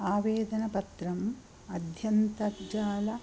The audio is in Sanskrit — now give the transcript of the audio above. आवेदनपत्रम् अध्यन्तर्जाला